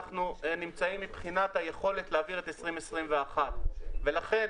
נמצאים מבחינת היכולת להעביר את 2021. לכן